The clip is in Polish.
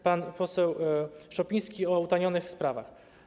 Pan poseł Szopiński o utajnionych rozprawach.